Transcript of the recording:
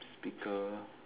speaker